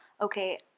okay